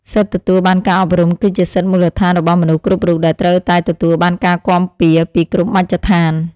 សិទ្ធិទទួលបានការអប់រំ គឺជាសិទ្ធិមូលដ្ឋានរបស់មនុស្សគ្រប់រូបដែលត្រូវតែទទួលបានការគាំពារពីគ្រប់មជ្ឈដ្ឋាន។